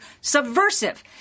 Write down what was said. subversive